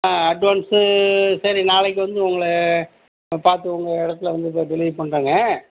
advance சரி நாளைக்கு வந்து உங்களை பார்த்து உங்கள் இடத்துல வந்து டெலிவரி பண்ணுறேங்க